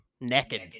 naked